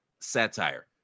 satire